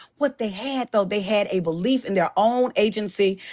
what they had, though, they had a belief in their own agency.